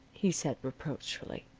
he said reproachfully.